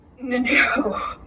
No